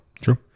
True